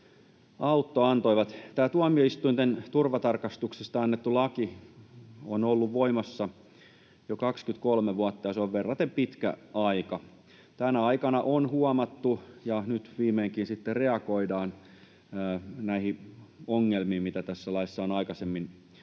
Autto antoivat. Tuomioistuinten turvatarkastuksista annettu laki on ollut voimassa jo 23 vuotta, ja se on verraten pitkä aika. Tänä aikana on huomattu — ja nyt viimeinkin niihin reagoidaan — nämä ongelmat, mitä tässä laissa on aikaisemmin ollut.